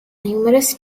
numerous